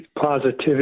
positivity